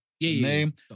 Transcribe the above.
Name